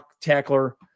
tackler